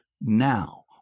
now